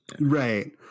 Right